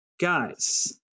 Guys